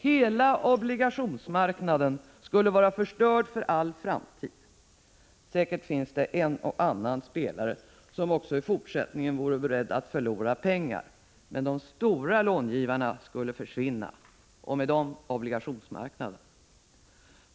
Hela obligationsmarknaden skulle vara förstörd för all framtid! Säkert finns det en och annan spelare som även i fortsättningen vore beredd att förlora pengar, men de stora långivarna skulle försvinna — och med dem obligationsmarknaden!